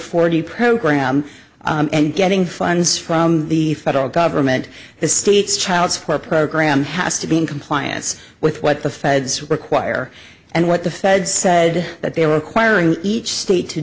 forty program and getting funds from the federal government the states childs for program has to be in compliance with what the feds require and what the fed said that they are acquiring each state to